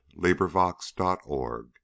LibriVox.org